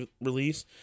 release